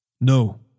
No